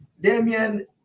Damien